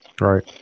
Right